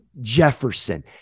Jefferson